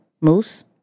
Moose